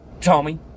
Tommy